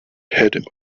had